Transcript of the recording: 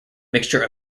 mixture